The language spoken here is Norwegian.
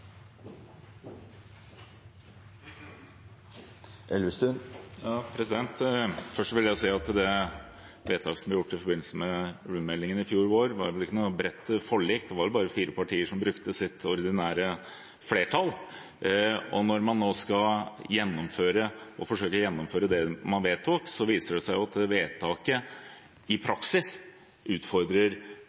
Først vil jeg si at det vedtaket som ble gjort i forbindelse med ulvemeldingen i fjor vår, ikke var noe bredt forlik. Det var bare fire partier som brukte sitt ordinære flertall. Når man nå skal forsøke å gjennomføre det man vedtok, viser det seg at vedtaket i praksis utfordrer